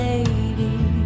Lady